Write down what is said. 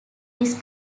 his